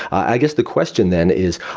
i guess the question then is,